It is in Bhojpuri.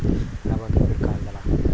रबड़ के पेड़ कहल जाला